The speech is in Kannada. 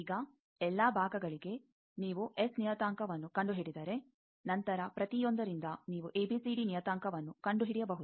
ಈಗ ಎಲ್ಲಾ ಭಾಗಗಳಿಗೆ ನೀವು ಎಸ್ ನಿಯತಾಂಕವನ್ನು ಕಂಡುಹಿಡಿದರೆ ನಂತರ ಪ್ರತಿಯೊಂದರಿಂದ ನೀವು ಎಬಿಸಿಡಿ ನಿಯತಾಂಕವನ್ನು ಕಂಡುಹಿಡಿಯಬಹುದು